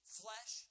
flesh